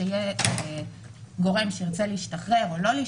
כשיהיה גורם שירצה להשתחרר או לא,